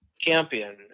champion